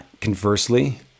Conversely